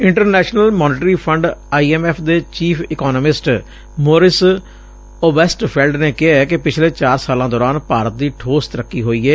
international monetary fund I M F ਦੇ chief economist Maurice Obstfeld ਨੇ ਕਿਹੈ ਕਿ ਪਿਛਲੇ ਚਾਰ ਸਾਲਾਂ ਦੌਰਾਨ ਭਾਰਤ ਦੀ ਠੋਸ ਤਰੱਕੀ ਹੋਈ ਏ